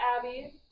abby